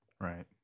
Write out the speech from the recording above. Right